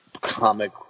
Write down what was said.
comic